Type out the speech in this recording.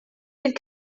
bydd